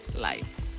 life